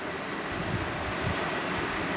Investment क का मतलब हो ला?